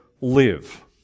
live